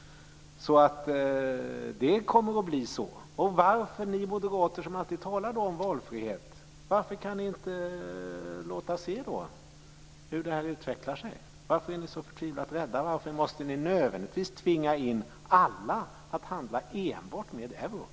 Det kommer att bli så. Varför kan inte ni moderater som alltid talar om valfrihet låta se hur allt utvecklar sig? Varför är ni så förtvivlat rädda? Varför måste ni nödvändigtvis tvinga alla att handla enbart med euron?